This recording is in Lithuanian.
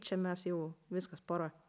čia mes jau viskas pora